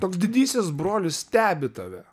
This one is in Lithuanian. toks didysis brolis stebi tave